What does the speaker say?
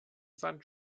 sand